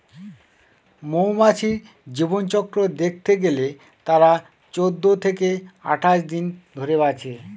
মৌমাছির জীবনচক্র দেখতে গেলে তারা চৌদ্দ থেকে আঠাশ দিন ধরে বাঁচে